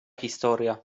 historia